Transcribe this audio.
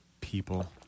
people